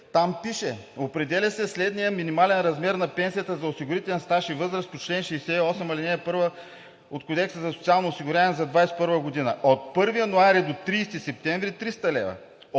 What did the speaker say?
пише: „Определя се следният минимален размер на пенсията за осигурителен стаж и възраст по чл. 68, ал. 1 от Кодекса за социално осигуряване за 2021 г. – от 1 януари до 30 септември – 300 лв.,